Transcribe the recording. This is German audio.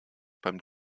beim